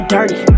Dirty